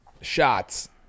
shots